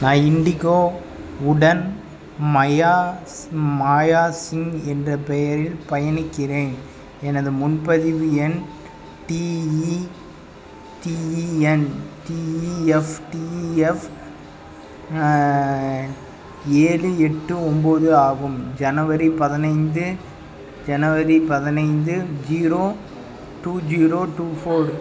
நான் இண்டிகோ உடன் மயா சிம் மாயா சிங் என்ற பெயரில் பயணிக்கிறேன் எனது முன்பதிவு எண் டிஇடிஇஎன் டிஇஎஃப் டிஇஎஃப் ஏழு எட்டு ஒம்பது ஆகும் ஜனவரி பதினைந்து ஜனவரி பதினைந்து zero two zero two four